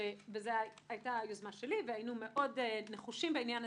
וזו היתה יוזמה שלי והיינו מאוד נחושים בעניין,